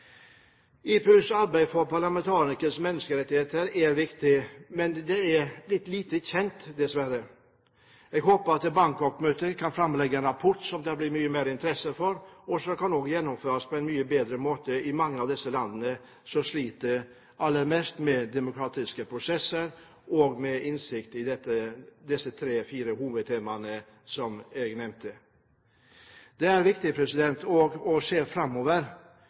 IPUs arbeid for parlamentarikeres menneskerettigheter er viktig, men er dessverre litt lite kjent. Jeg håper at Bangkok-møtet kan framlegge en rapport som det blir interesse for, og som kan følges opp på en mye bedre måte i de land som sliter aller mest med demokratiske prosesser, med vekt på de tre-fire hovedtemaene som jeg nevnte tidligere. Det er også viktig å se framover.